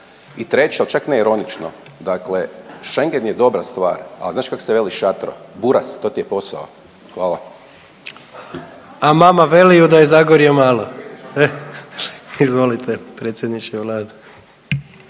I treće, ali čak ne ironično, dakle Schengen je dobra stvar. Ali znaš kak' se veli šatro? Buraz to ti je posao. Hvala. **Jandroković, Gordan (HDZ)** A mama veliju da je Zagorje malo! Izvolite predsjedniče Vlade.